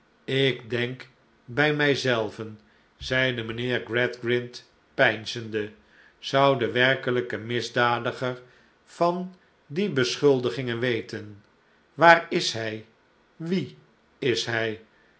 ik denk bij mij zelven zeide mijnheer gradgrind peinzende zou de werkelijke misdadiger van die beschuldigingen weten waar is hij wie is hij